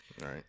right